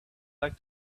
like